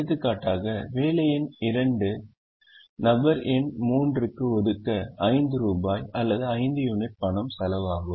எடுத்துக்காட்டாக வேலை எண் 2 ஐ நபர் எண் 3 க்கு ஒதுக்க 5 ரூபாய் அல்லது 5 யூனிட் பணம் செலவாகும்